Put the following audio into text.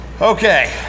Okay